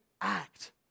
act